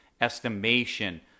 estimation